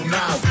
now